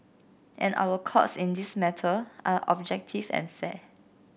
and our Courts in this matter are objective and fair